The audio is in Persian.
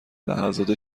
لحظات